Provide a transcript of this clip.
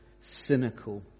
cynical